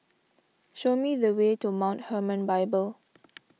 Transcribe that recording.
show me the way to Mount Hermon Bible